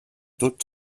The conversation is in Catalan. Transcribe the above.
tot